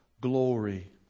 glory